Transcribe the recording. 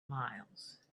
miles